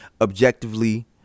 objectively